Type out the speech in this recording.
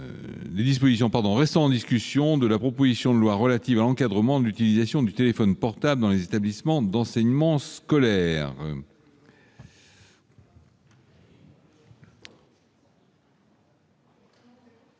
les dispositions restant en discussion de la proposition de loi relative à l'encadrement de l'utilisation du téléphone portable dans les établissements d'enseignement scolaire